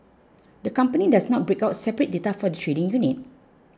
the company does not break out separate data for the trading unit